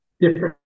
different